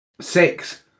Six